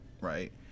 right